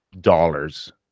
dollars